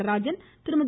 Natarajan Thirumathi